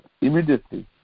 Immediately